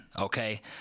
okay